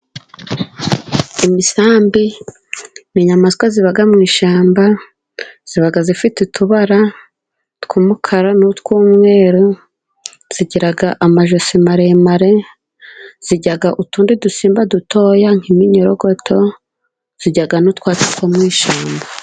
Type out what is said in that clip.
Imisambi ni inyamaswa ziba mu ishyamba. Ziba zifite utubara tw'umukara n'utw'umweru, zigiraga amajosi maremare, zirya utundi dusimba dutoya nk'iminyorogoto, zijya n'utwatsi two mu ishyamba.